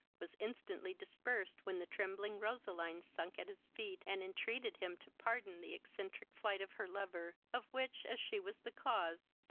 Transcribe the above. was instantly dispersed when the trembling roseline sunk at his feet, and entreated him to pardon the eccentric flight of her lover, of which, as she was the cause,